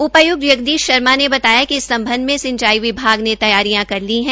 उपाय्क्त जगदीश शर्मा ने बताया कि इस संबंध में सिंचाई विभाग ने तैयारियां कर ली हैं